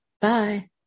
Bye